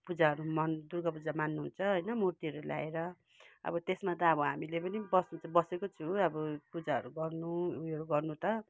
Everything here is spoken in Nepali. पूजाहरू मान दुर्गा पूजा मान्नु हुन्छ होइन मूर्तिहरू ल्याएर अब त्यसमा त अब हामीले पनि बस्नु चाहिँ बसेको छु अब पूजाहरू गर्नु उयोहरू गर्नु त